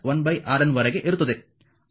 1 RN ವರೆಗೆ ಇರುತ್ತದೆ